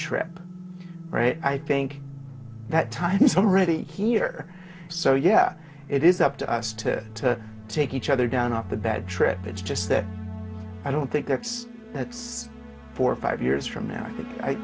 trip right i think that times already here so yeah it is up to us to take each other down off the bad trip it's just that i don't think that's that's four or five years from now i